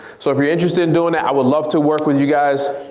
so if you're interested in doing that i would love to work with you guys.